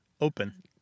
Open